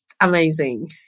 amazing